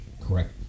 correct